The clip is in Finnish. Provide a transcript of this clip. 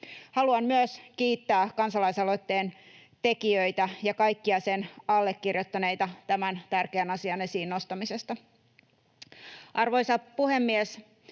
Haluan myös kiittää kansalaisaloitteen tekijöitä ja kaikkia sen allekirjoittaneita tämän tärkeän asian esiin nostamisesta. Arvoisa puhemies!